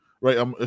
right